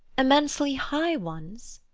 immensely high ones?